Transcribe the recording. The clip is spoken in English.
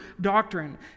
doctrine